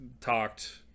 talked